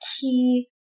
key